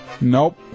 Nope